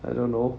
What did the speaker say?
I don't know